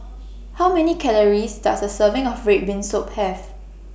How Many Calories Does A Serving of Red Bean Soup Have